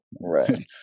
right